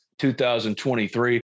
2023